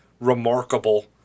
remarkable